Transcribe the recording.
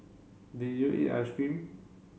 did you eat ice cream